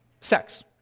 Sex